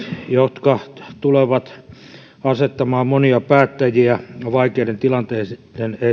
jotka tulevat asettamaan monia päättäjiä vaikeiden tilanteitten